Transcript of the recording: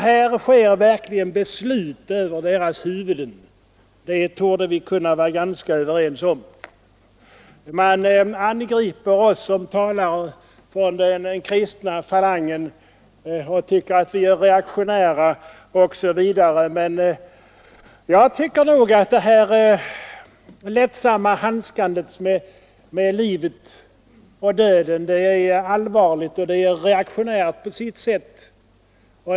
Här fattas verkligen beslut över deras huvuden. Det torde vi kunna vara ganska överens om. Man angriper oss som talar för den kristna falangen och tycker att vi är reaktionära. Men jag anser att det är våra meningsmotståndares lättsamma handskande med livet och döden som är allvarligt och reaktionärt.